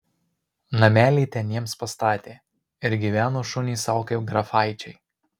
namelį ten jiems pastatė ir gyveno šunys sau kaip grafaičiai